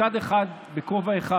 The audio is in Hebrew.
כובע אחד